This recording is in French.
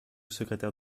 secrétaire